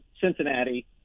Cincinnati